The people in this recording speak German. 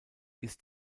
ist